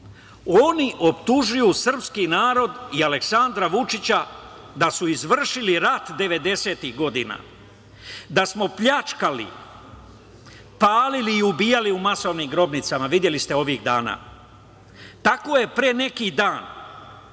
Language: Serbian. Oni optužuju srpski narod i Aleksandra Vučića da su izvršili rat 90-tih godina, da smo pljačkali, palili i ubijali u masovnim grobnicama, videli ste ovih dana. Tako je pre neki dan